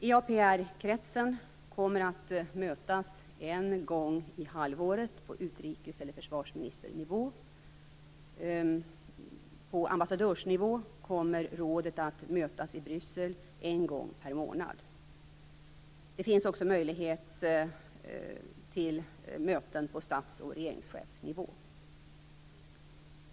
EAPR-kretsen kommer att mötas en gång i halvåret på utrikes och försvarsministernivå. På ambassadörsnivå kommer rådet att mötas i Bryssel en gång per månad. Det finns också möjlighet till möten på stats och regeringschefsnivå.